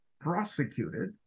prosecuted